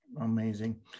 amazing